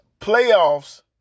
playoffs